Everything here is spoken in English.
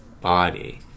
body